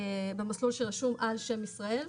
במסלול שרשום על שם ישראל.